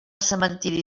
cementiri